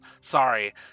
Sorry